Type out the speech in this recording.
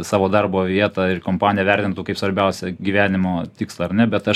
savo darbo vietą ir kompaniją vertintų kaip svarbiausią gyvenimo tikslą ar ne bet aš